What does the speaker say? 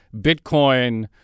Bitcoin